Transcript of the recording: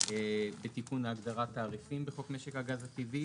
בתיקון להגדרת התעריפים בחוק הגז הטבעי